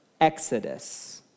exodus